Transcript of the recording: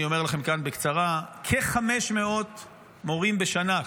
אני אומר לכם כאן בקצרה: כ-500 מורים בשנה,